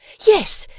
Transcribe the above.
yes,